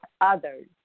others